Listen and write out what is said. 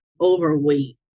overweight